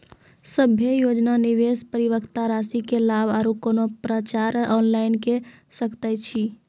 सभे योजना जमा, निवेश, परिपक्वता रासि के लाभ आर कुनू पत्राचार ऑनलाइन के सकैत छी?